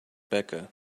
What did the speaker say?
becca